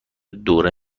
دوره